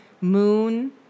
Moon